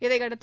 இதையடுத்து